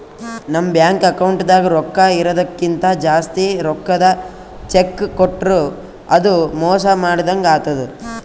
ನಮ್ ಬ್ಯಾಂಕ್ ಅಕೌಂಟ್ದಾಗ್ ರೊಕ್ಕಾ ಇರದಕ್ಕಿಂತ್ ಜಾಸ್ತಿ ರೊಕ್ಕದ್ ಚೆಕ್ಕ್ ಕೊಟ್ರ್ ಅದು ಮೋಸ ಮಾಡದಂಗ್ ಆತದ್